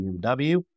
BMW